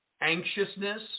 anxiousness